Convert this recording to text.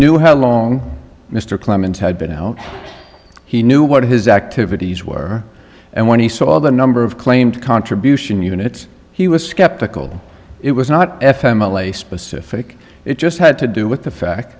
knew how long mr clemens had been out he knew what his activities were and when he saw the number of claimed contribution units he was skeptical it was not f m alay specific it just had to do with the fact